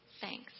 Thanks